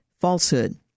falsehood